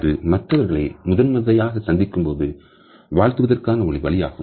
அது மற்றவர்களை முதன்முறையாக சந்திக்கும்போது வாழ்த்துவதற்கான ஒரு வழியாகும்